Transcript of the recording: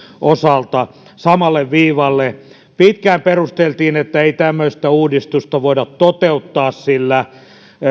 osalta samalle viivalle pitkään perusteltiin että ei tämmöistä uudistusta voida toteuttaa sillä